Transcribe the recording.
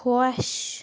خۄش